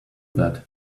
that